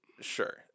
sure